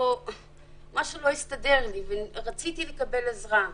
משהו לא הסתדר לי ורציתי לקבל עזרה,